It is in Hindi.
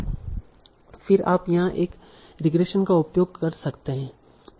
फिर आप यहाँ एक रिग्रेशन का उपयोग कर सकते हैं